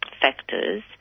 factors